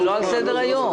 זה לא על סדר היום.